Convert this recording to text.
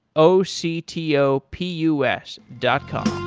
o c t o p u s dot com